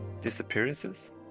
Disappearances